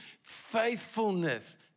faithfulness